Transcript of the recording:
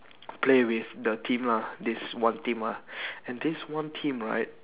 play with the team lah this one team ah and this one team right